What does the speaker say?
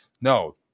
no